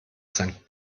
sankt